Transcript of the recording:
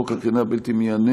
חוק הקרינה הבלתי-מייננת,